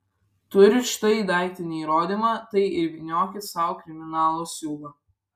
turit štai daiktinį įrodymą tai ir vyniokit sau kriminalo siūlą